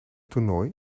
toernooi